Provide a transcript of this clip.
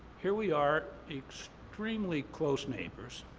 here we are extremely close neighbors,